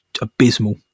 abysmal